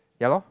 ya lor